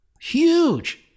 Huge